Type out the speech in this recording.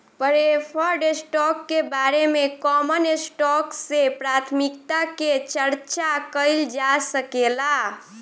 preferred stock के बारे में कॉमन स्टॉक से प्राथमिकता के चार्चा कईल जा सकेला